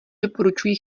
doporučuji